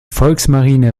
volksmarine